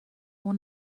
اون